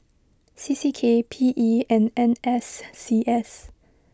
C C K P E and N S C S